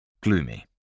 Gloomy